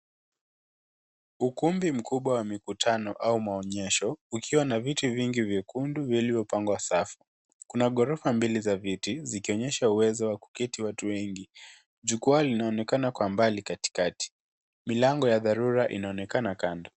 Ukumbi mkubwa wa mikutano au maonyesho ukiwa na viti vingi vyekundu vilivyopangwa sawa. Kuna gorofa mbili za viti zikionyesha uwezo wa kuketi wati wengi. Jukwa linaonekana kwa mbali katikati. Milango ya dharura inaonekana kando.